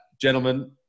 Gentlemen